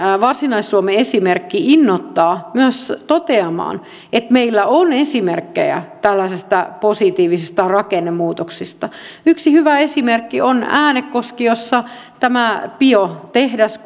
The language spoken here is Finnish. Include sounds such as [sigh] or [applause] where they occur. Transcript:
varsinais suomen esimerkki innoittaa myös toteamaan että meillä on esimerkkejä tällaisesta positiivisesta rakennemuutoksesta yksi hyvä esimerkki on äänekoski mihin tuli tämä biotehdas [unintelligible]